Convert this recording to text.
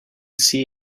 see